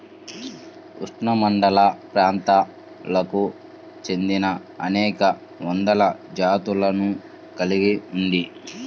ఉష్ణమండలప్రాంతాలకు చెందినఅనేక వందల జాతులను కలిగి ఉంది